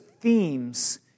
themes